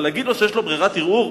אבל להגיד לו שיש לו ברירת ערעור?